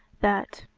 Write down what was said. that,